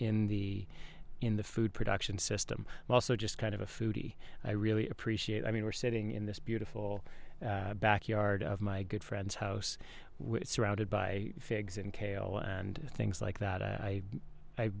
in the in the food production system also just kind of a foodie i really appreciate i mean we're sitting in this beautiful backyard of my good friends house which is surrounded by figs and kale and things like that i i